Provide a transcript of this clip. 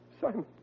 Simon